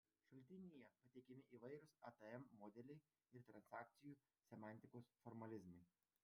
šaltinyje pateikiami įvairūs atm modeliai ir transakcijų semantikos formalizmai